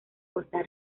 costa